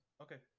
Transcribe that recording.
okay